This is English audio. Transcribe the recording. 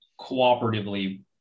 cooperatively